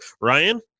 Ryan